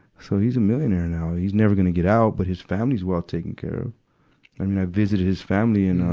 so he's a millionaire now. he's never gonna get out, but his family's well taken care of. i mean, i visited his family in, ah,